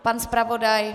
Pan zpravodaj?